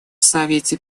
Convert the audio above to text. совете